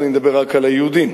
אני מדבר רק על היהודים.